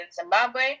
Zimbabwe